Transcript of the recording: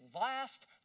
last